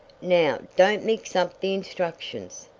now, don't mix up the instructions,